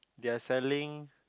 they're selling